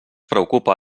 preocupa